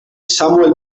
samuele